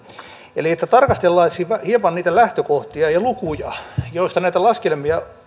eli tarkasteltaisiin hieman niitä lähtökohtia ja lukuja joista näitä laskelmia